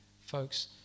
Folks